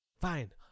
Fine